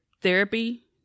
therapy